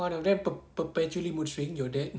one of them per~ perpetually mood swing your dad